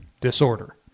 disorder